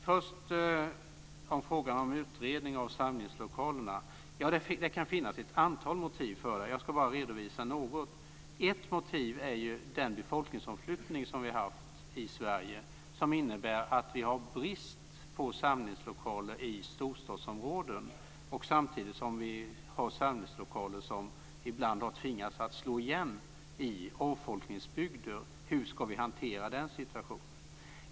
Fru talman! Först var det frågan om en utredning om samlingslokalerna. Det kan finnas ett antal motiv för det, och jag ska bara redovisa något. Ett motiv är den befolkningsomflyttning som vi har haft i Sverige och som innebär att vi har brist på samlingslokaler i storstadsområden. Samtidigt har vi samlingslokaler som ibland tvingas slå igen i avfolkningsbygder. Hur ska vi hantera den situationen?